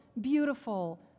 beautiful